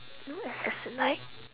no as as in like